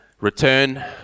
return